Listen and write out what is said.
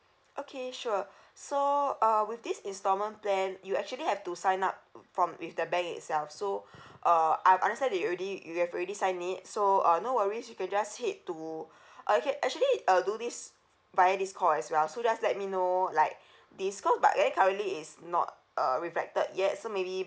okay sure so uh with this instalment plan you actually have to sign up from with the bank itself so uh I understand that you already you have already signed it so uh no worries you could just head to uh you can actually uh do this via this call as well so just let me know like this cause but then currently it's not uh reflected yet so maybe